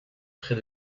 près